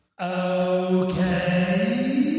Okay